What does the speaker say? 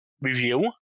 review